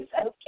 okay